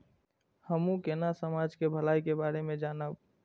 हमू केना समाज के भलाई के बारे में जानब?